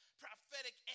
prophetic